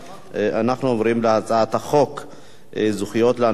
אנחנו עוברים להצעת החוק זכויות לאנשים עם